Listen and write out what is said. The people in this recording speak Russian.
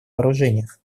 вооружениях